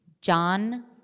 John